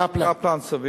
"קפלן".